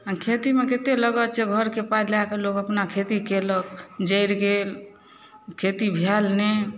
खेतीमे कते लग्गत छै घरके पाइ लगाके लोग अपना खेती कयलक जरि गेल खेती भेल नहि